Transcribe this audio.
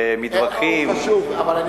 הוא חשוב, אבל,